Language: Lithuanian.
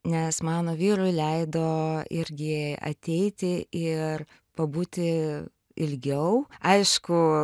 nes mano vyrui leido irgi ateiti ir pabūti ilgiau aišku